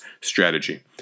strategy